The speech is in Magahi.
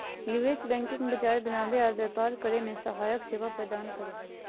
निवेश बैंकिंग बाजार बनावे आर व्यापार करे मे सहायक सेवा प्रदान करो हय